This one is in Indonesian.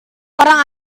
orang